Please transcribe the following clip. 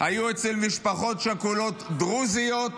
היו אצל משפחות שכולות דרוזיות,